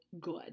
good